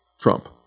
Trump